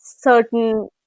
certain